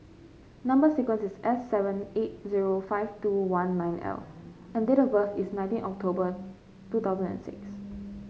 number sequence is S seven eight zero five two one nine L and date of birth is nineteen October two thousand and six